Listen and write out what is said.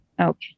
Okay